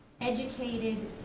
educated